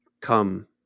Come